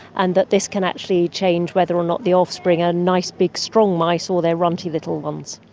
and that this can actually change whether or not the offspring are nice big strong mice or they are runty little ones.